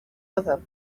other